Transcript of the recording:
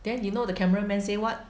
then you know the camera man say what